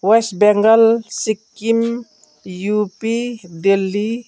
West Bengal Sikkim UP Delhi